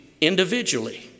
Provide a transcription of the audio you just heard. individually